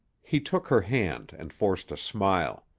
he took her hand and forced a smile.